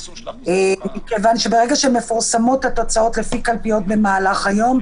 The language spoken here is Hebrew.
מכיוון שברגע שמפורסמות התוצאות לפי קלפיות במהלך היום,